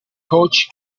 coach